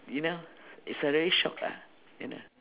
you know is a really shock ah you know